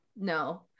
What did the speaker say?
No